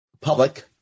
public